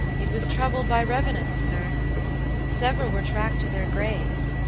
it was troubled by revenants, sir several were tracked to their graves,